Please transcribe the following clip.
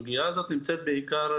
דווקא ביישוב ערערה,